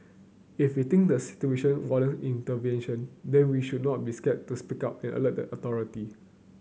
if we think the situation intervention then we should not be scared to speak up and alert the authority